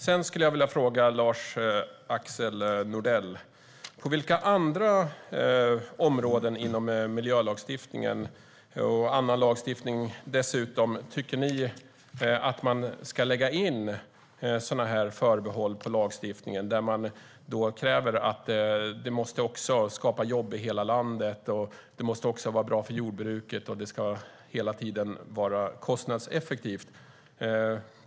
Sedan vill jag fråga Lars-Axel Nordell: På vilka andra områden inom miljölagstiftningen och annan lagstiftning tycker ni att man ska lägga in förbehåll på lagstiftningen där man kräver att det också måste skapa jobb i hela landet, att det också måste vara bra för jordbruket och att det hela tiden ska vara kostnadseffektivt?